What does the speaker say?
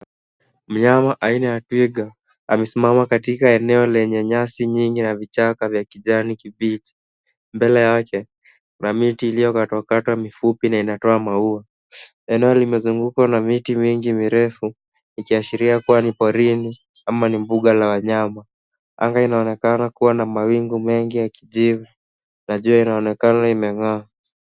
Mnyama aina ya twiga amesimama katika eneo lenye nyasi nyingi na vichaka vya kijani kibichi. Mbele yake mamiti iliyokatwa katwa ni fupi na inatoa maua. Eneo limezungukwa na miti mingi mirefu ikiashiria kuwa ni porini ama mbuga la wanyama. Anga inaonekana kuwa na mawingu mengi ya kijivu na jua inaonekana imeng'a.